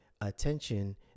attention